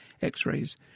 X-rays